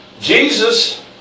Jesus